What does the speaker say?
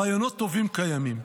רעיונות טובים קיימים.